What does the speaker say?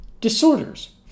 disorders